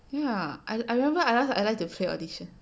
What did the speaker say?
ya I I remember I like I like to play audition